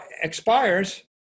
expires